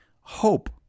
Hope